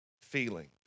feeling